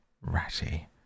ratty